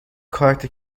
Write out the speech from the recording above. کارت